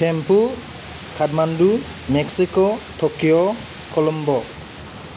Thimphu Kathmandu Mexico Tokyo Colombo